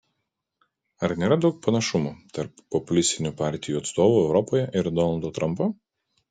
ar nėra daug panašumų tarp populistinių partijų atstovų europoje ir donaldo trumpo